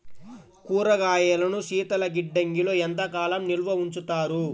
కూరగాయలను శీతలగిడ్డంగిలో ఎంత కాలం నిల్వ ఉంచుతారు?